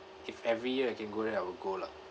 if every year I can go there I will go lah